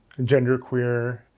genderqueer